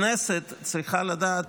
הכנסת צריכה לדעת,